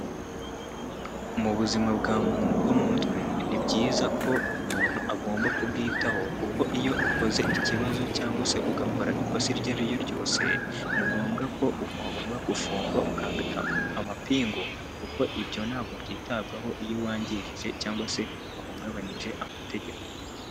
Mu buzima bwa muntu bwo mu mutwe, ni byiza ko umuntu agomba kubwitaho kuko iyo ukoze ikibazo cyangwa se ugakora ikosa iryo ari ryo ryose, ni ngombwa ko ugomba gufungwa ukambika amapingu kuko ibyo ntabwo byitabwaho iyo wangije cyangwa se wahungabanyije amategeko.